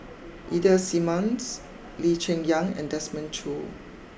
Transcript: Ida Simmons Lee Cheng Yan and Desmond Choo